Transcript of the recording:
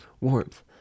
warmth